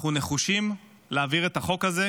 אנחנו נחושים להעביר את החוק הזה,